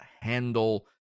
handle